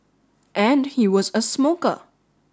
and he was a smoker